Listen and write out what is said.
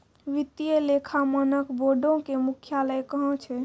वित्तीय लेखा मानक बोर्डो के मुख्यालय कहां छै?